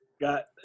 Got